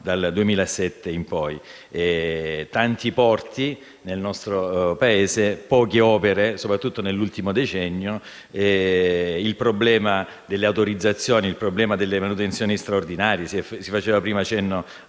dal 2007 in avanti. I tanti porti del nostro Paese, le poche opere (soprattutto nell'ultimo decennio), il problema delle autorizzazioni e delle manutenzioni straordinarie (si è fatto prima cenno